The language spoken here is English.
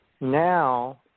now